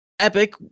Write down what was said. Epic